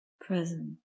present